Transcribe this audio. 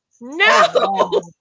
no